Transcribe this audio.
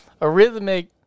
A-rhythmic